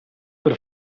per